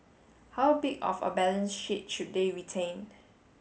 how big of a balance sheet should they retain